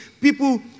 people